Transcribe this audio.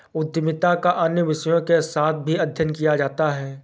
उद्यमिता का अन्य विषयों के साथ भी अध्ययन किया जाता है